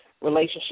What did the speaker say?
relationship